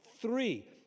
Three